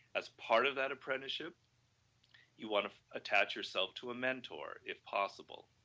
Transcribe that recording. as part of that apprenticeship you want to attach yourself to a mentor if possible,